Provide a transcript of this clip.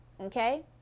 Okay